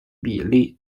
比例